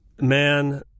Man